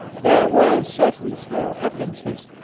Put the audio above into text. there were certain small evidences,